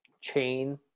chain